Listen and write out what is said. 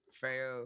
fail